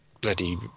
bloody